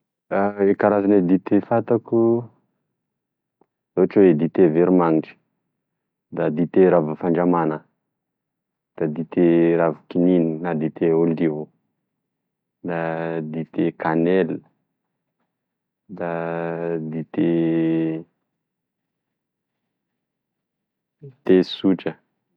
E karazana dite fantako ohatry oe dite vero magnitry, da dite ravy fandramana, da dite ravy kinina, da dite oliva, da dite canelle, da dite dite sotra.